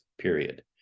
period